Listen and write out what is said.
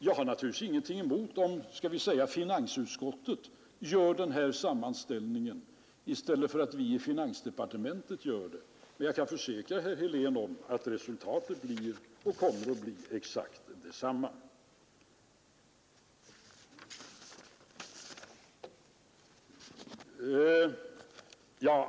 Jag har naturligtvis ingenting emot om låt oss säga finansutskottet gör denna sammanställning i stället för att vi i finansdepartementet gör den, men jag kan försäkra herr Helén att resultatet kommer att bli exakt detsamma.